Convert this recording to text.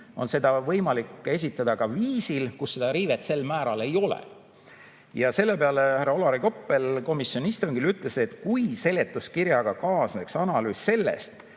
on seda võimalik esitada ka viisil, mille korral riivet sel määral ei oleks? Selle peale ütles härra Olari Koppel komisjoni istungil, et kui seletuskirjaga kaasneks analüüs sellest,